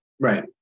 Right